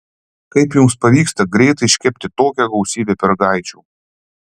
kaip jums pavyksta greitai iškepti tokią gausybę pyragaičių